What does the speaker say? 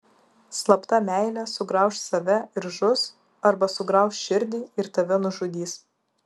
slapta meilė sugrauš save ir žus arba sugrauš širdį ir tave nužudys